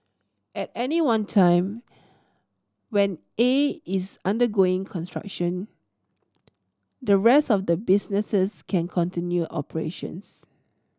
at any one time when A is undergoing construction the rest of the businesses can continue operations